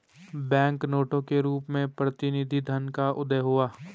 bank नोटों के रूप में प्रतिनिधि धन का उदय हुआ